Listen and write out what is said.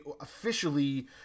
officially